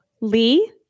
lee